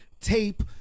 tape